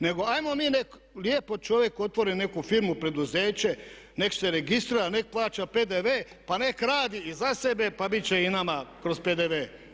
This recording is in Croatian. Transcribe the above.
Nego hajmo mi nek' lijepo čovjek otvori neku firmu, preduzeće, nek' se registrira, nek' plaća PDV, pa nek' radi i za sebe, pa bit će i nama kroz PDV.